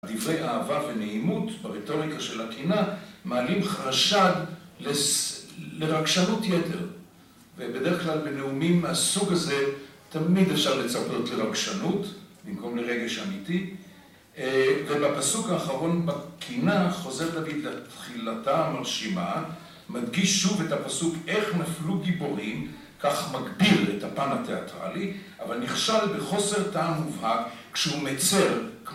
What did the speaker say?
דברי אהבה ונעימות ברטוריקה של הקינה, מעלים חשד לרגשנות יתר. ובדרך כלל בנאומים מהסוג הזה תמיד אפשר לצפות לרגשנות, במקום לרגש אמיתי. ובפסוק האחרון, בקינה, חוזר דוד לתחילתה המרשימה, מדגיש שוב את הפסוק, איך נפלו גיבורים, כך מגביר את הפן התיאטרלי, אבל נכשל בחוסר טעם מובהק, כשהוא מצר,